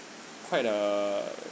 quite a